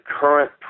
current